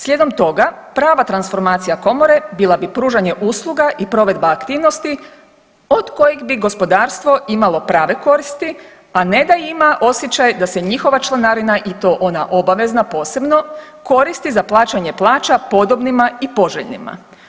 Slijedom toga, prava transformacija Komore bila bi pružanje usluga i provedba aktivnosti od kojih bi gospodarstvo imalo prave koristi, a ne da ima osjećaj da se njihova članarina i to ona obavezna posebno, koristi za plaćanje plaća podobnima i poželjnima.